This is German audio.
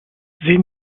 sehen